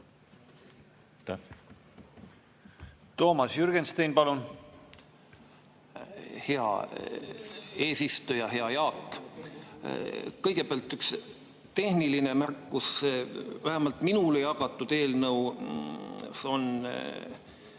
Toomas Jürgenstein, palun! Hea eesistuja! Hea Jaak! Kõigepealt üks tehniline märkus. Vähemalt minule jagatud eelnõu puhul on